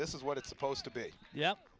this is what it's supposed to be ye